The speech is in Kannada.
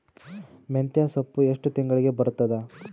ಮೆಂತ್ಯ ಸೊಪ್ಪು ಎಷ್ಟು ತಿಂಗಳಿಗೆ ಬರುತ್ತದ?